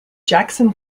jackson